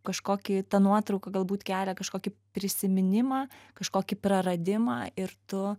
kažkokį ta nuotrauka galbūt kelia kažkokį prisiminimą kažkokį praradimą ir tu